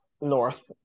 north